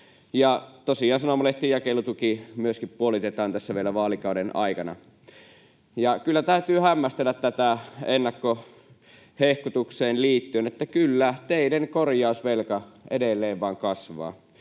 myöskin sanomalehtien jakelutuki puolitetaan tässä vielä vaalikauden aikana. Ja kyllä täytyy hämmästellä ennakkohehkutukseen liittyen, että kyllä, teiden korjausvelka edelleen vain kasvaa.